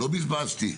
לא בזבזתי.